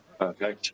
Okay